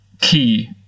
key